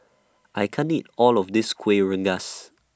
I can't eat All of This Kuih Rengas